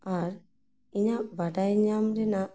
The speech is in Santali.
ᱟᱨ ᱤᱧᱟᱹᱜ ᱵᱟᱰᱟᱭ ᱧᱟᱢ ᱨᱮᱱᱟᱜ